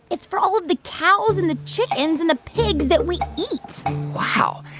it's for all of the cows and the chickens and the pigs that we eat wow.